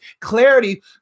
clarity